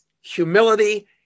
humility